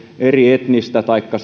eri etnistä taikka